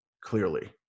clearly